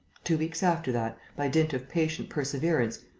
two weeks after that, by dint of patient perseverance,